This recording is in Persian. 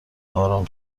آرام